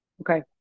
Okay